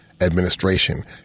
administration